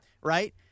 Right